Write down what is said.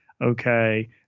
okay